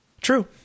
True